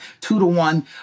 two-to-one